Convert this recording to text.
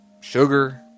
sugar